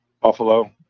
Buffalo